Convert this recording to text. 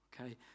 Okay